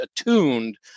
attuned